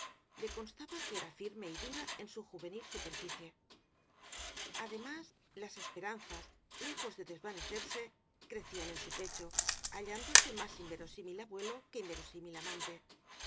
le constaba que era firme y dura en su juvenil su perficie además las esperanzas lejos de desvane cerse crecían en su pecho hallándose más invero símil abuelo que inverosímil amante